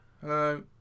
Hello